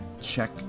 check